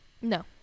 no